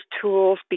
tools